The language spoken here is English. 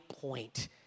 point